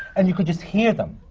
and you could just hear them.